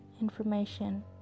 information